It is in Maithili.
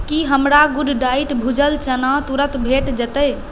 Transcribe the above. की हमरा गुड डाइट भूजल चना तुरन्त भेटि जेतै